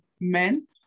men